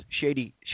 shady